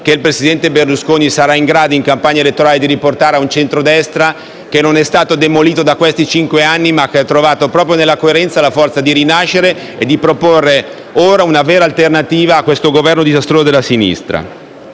che il presidente Berlusconi sarà in grado di riportare in campagna elettorale. Il centrodestra non è stato demolito da questi cinque anni, ma ha trovato proprio nella coerenza la forza di rinascere e di proporre ora una vera alternativa a questo Governo disastroso e alla sinistra.